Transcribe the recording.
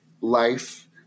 life